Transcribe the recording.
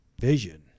vision